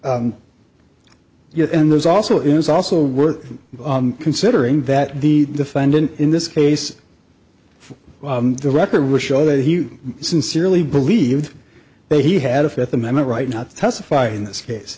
s yes and there's also is also worth considering that the defendant in this case for the record will show that he sincerely believed that he had a fifth amendment right not to testify in this case